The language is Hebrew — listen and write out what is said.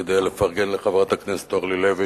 כדי לפרגן לחברת הכנסת אורלי לוי,